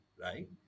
right